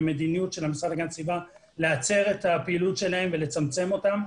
המדיניות של המשרד להגנת הסביבה היא להצר את הפעילות שלהן ולצמצם אותן,